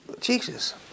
Jesus